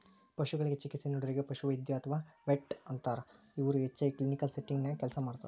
ಪಶುಗಳಿಗೆ ಚಿಕಿತ್ಸೆ ನೇಡೋರಿಗೆ ಪಶುವೈದ್ಯ ಅತ್ವಾ ವೆಟ್ ಅಂತಾರ, ಇವರು ಹೆಚ್ಚಾಗಿ ಕ್ಲಿನಿಕಲ್ ಸೆಟ್ಟಿಂಗ್ ನ್ಯಾಗ ಕೆಲಸ ಮಾಡ್ತಾರ